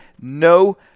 no